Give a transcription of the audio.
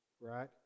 right